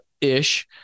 ish